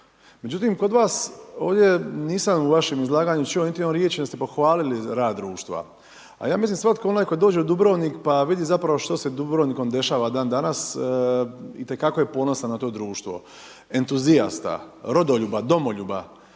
Međutim, kod vas, ovdje nisam u vašem izlaganju čuo niti jednu riječ da ste pohvalili rad društva. A ja mislim da svatko onaj tko dođe u Dubrovnik, pa vidi zapravo što se Dubrovnikom dešava dan danas, itekako je ponosan na to društvo, entuzijasta, rodoljuba, domoljuba